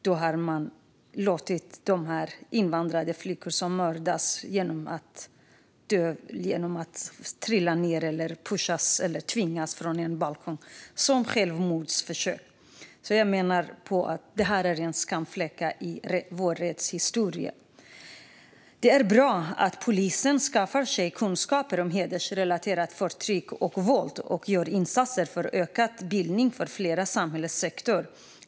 Man har låtit dessa mord på invandrarflickor, som dött genom att de ramlat, knuffats eller tvingats ned från en balkong, kallas självmordsförsök. Detta är, enligt mig, en skamfläck i vår rättshistoria. Det är bra att polisen skaffar sig kunskap om hedersrelaterat förtryck och våld och gör insatser för ökad bildning för flera samhällssektorer.